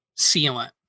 sealant